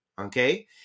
okay